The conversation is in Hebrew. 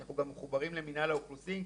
שאנחנו גם מחוברים למינהל האוכלוסין,